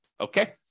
okay